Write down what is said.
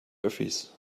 öffis